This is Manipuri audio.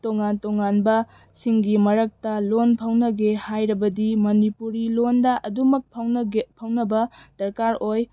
ꯇꯣꯉꯥꯟ ꯇꯣꯉꯥꯟꯕꯁꯤꯡꯒꯤ ꯃꯔꯛꯇ ꯂꯣꯜ ꯐꯥꯎꯅꯒꯦ ꯍꯥꯏꯔꯕꯗꯤ ꯃꯅꯤꯄꯨꯔꯤ ꯂꯣꯜꯗ ꯑꯗꯨꯃꯛ ꯐꯥꯎꯅꯕ ꯗꯔꯀꯥꯔ ꯑꯣꯏ